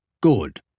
Good